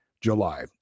july